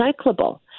recyclable